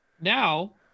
now